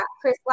chris